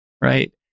Right